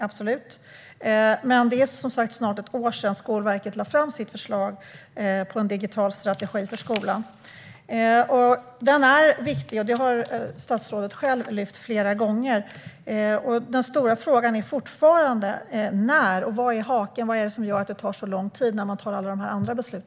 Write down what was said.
Det är dock, som sagt, snart ett år sedan Skolverket lade fram sitt förslag till en digital strategi för skolan. Denna strategi är viktig, vilket statsrådet själv har lyft fram flera gånger. Den stora frågan är fortfarande när. Och vad är haken? Vad är det som gör att det tar så lång tid när man fattar alla dessa andra beslut?